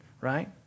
right